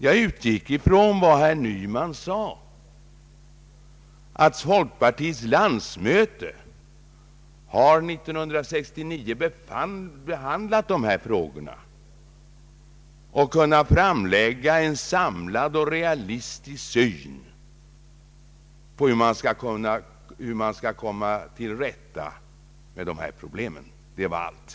Jag utgick från vad herr Nyman sade, nämligen att folkpartiets landsmöte 1969 har behandlat dessa frågor och framlagt en samlad syn på hur man skall komma till rätta med dessa problem. Det var allt.